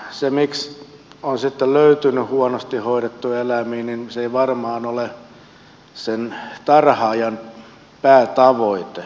se miksi on sitten löytynyt huonosti hoidettuja eläimiä ei varmaan ole sen tarhaajan päätavoite